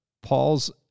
Paul's